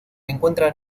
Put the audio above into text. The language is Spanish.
encuentran